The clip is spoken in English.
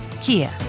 Kia